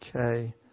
Okay